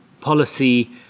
policy